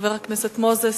חבר הכנסת מוזס.